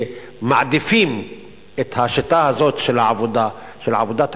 שמעדיפים את השיטה הזאת של עבודת הקבלן,